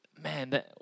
man